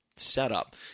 setup